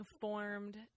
formed